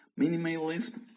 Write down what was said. Minimalism